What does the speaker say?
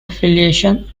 affiliation